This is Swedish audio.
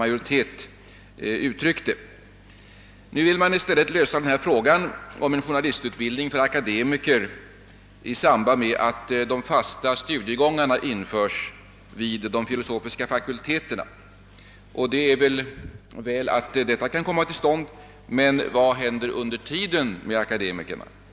Nu vill utskottet i stället lösa frågan om en journalistutbildning för akademiker i samband med att de fasta studiegångarna införs vid de filosofiska fakulteterna. Det är naturligtvis väl att detta kan ske. Men vad händer under tiden med akademikerna?